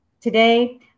Today